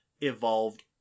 evolved